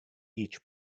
each